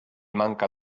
manca